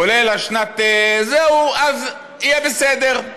כולל שנת, אז יהיה בסדר.